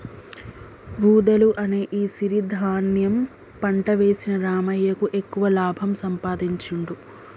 వూదలు అనే ఈ సిరి ధాన్యం పంట వేసిన రామయ్యకు ఎక్కువ లాభం సంపాదించుడు